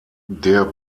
der